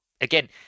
again